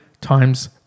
times